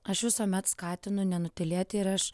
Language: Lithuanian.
aš visuomet skatinu nenutylėti ir aš